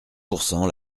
pourcent